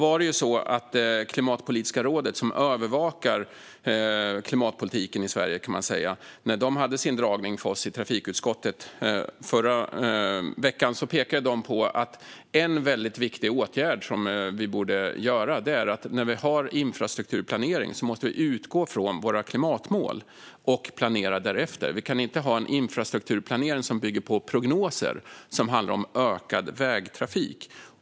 När Klimatpolitiska rådet, som man kan säga övervakar klimatpolitiken i Sverige, hade sin dragning för oss i trafikutskottet förra veckan pekade de på att en väldigt viktig åtgärd som vi borde vidta är att utgå från våra klimatmål när vi har infrastrukturplanering och planera därefter. Vi kan inte ha en infrastrukturplanering som bygger på prognoser som handlar om ökad vägtrafik.